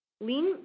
Lean